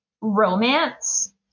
romance